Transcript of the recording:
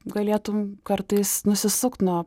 galėtum kartais nusisukti nuo